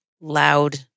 loud